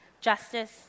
justice